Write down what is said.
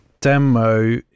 demo